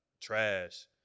trash